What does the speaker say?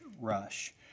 rush